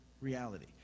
reality